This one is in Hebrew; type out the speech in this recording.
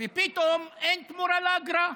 ופתאום אין תמורה לאגרה,